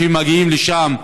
כשהם מגיעים לשם,